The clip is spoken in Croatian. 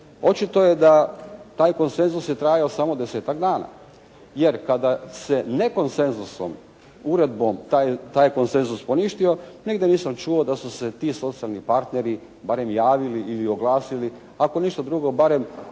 očito je da taj konsenzus je trajao samo desetak dana. Jer kada se ne konsenzusom, uredbom taj konsenzus poništio nigdje nisam čuo da su se ti socijalni partneri barem javili ili oglasili, ako ništa drugo barem